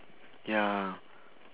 ya